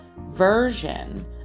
version